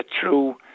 true